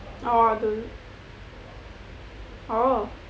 orh